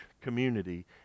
community